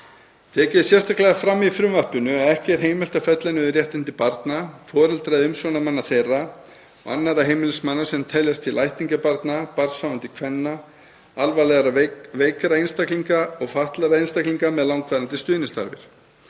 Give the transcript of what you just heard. Tekið er sérstaklega fram í frumvarpinu að ekki er heimilt að fella niður réttindi barna, foreldra eða umsjónarmanna þeirra og annarra heimilismanna sem teljast til ættingja barna, barnshafandi kvenna, alvarlegra veikra einstaklinga og fatlaðra einstaklinga með langvarandi stuðningsþarfir.